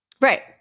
right